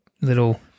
little